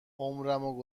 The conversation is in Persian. عمرمو